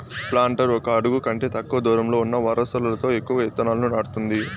planter ఒక అడుగు కంటే తక్కువ దూరంలో ఉన్న వరుసలలో ఎక్కువ ఇత్తనాలను నాటుతుంది